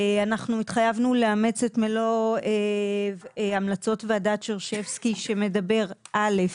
אנחנו התחייבנו לאמץ את מלוא המלצות ועדת שרשבסקי שמדבר א',